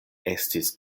estis